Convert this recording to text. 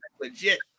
Legit